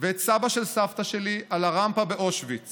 ואת סבא של סבתא שלי על הרמפה באושוויץ